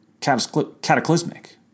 Cataclysmic